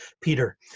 Peter